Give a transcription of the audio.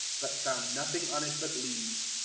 but found nothing on it but leaves.